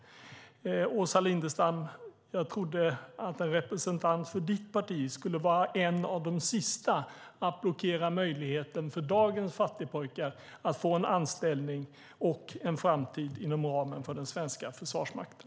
Åsa Lindestam, jag trodde att en representant för Socialdemokraterna skulle vara en av de sista att blockera möjligheten för dagens fattigpojkar att få en anställning och en framtid inom ramen för den svenska försvarsmakten.